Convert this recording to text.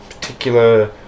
Particular